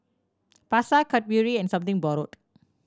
Pasar Cadbury and Something Borrowed